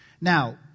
Now